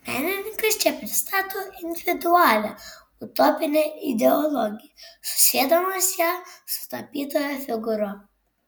menininkas čia pristato individualią utopinę ideologiją susiedamas ją su tapytojo figūra